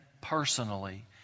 personally